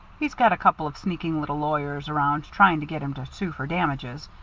he's got a couple of sneaking little lawyers around trying to get him to sue for damages,